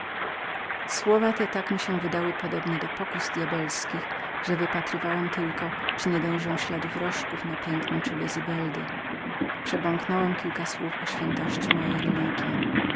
słowa te tak mi się wydały podobnemi do pokus djabelskich że upatrywałem tylko czy nie dojrzę śladów rożków na pięknem czole zibeldy przebąknąłem kilka słów o świętości mojej religji